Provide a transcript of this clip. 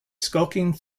skulking